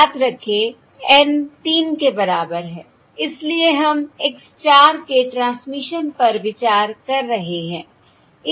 याद रखें N तीन के बराबर है इसलिए हम x 4 के ट्रांसमिशन पर विचार कर रहे हैं